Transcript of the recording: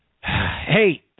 Hey